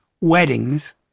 weddings